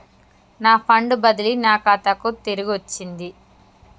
నా ఫండ్ బదిలీ నా ఖాతాకు తిరిగచ్చింది